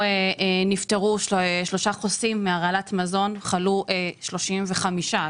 שם נפטרו שלושה חוסים מהרעלת מזון וחלו 35 חוסים.